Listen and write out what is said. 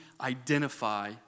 identify